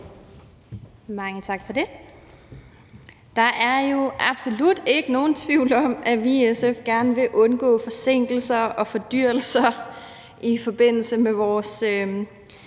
Mange tak for det. Der er jo absolut ikke nogen tvivl om, at vi i SF gerne vil undgå forsinkelser og fordyrelser i forbindelse med vores